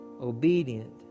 obedient